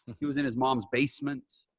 he was in his mom's basement.